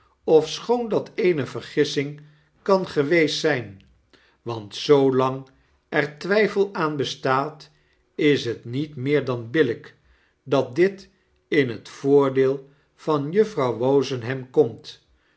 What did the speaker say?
ofschoon dat eene vergissing kan geweest zijn want zoolang er twijfel aan bestaat is het niet meer dan billijk dat dit in het voordeel van juffrouw wozenham komt